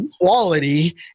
quality